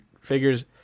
figures